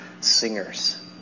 singers